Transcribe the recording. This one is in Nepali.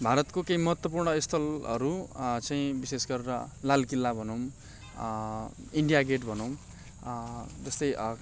भारतका केही महत्त्वपूर्ण स्थलहरू चाहिँ विशेष गरेर लाल किल्ला भनौँ इन्डिया गेट भनौँ जस्तै